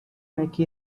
make